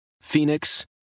Phoenix